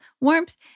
warmth